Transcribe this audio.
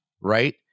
right